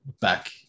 back